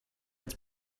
its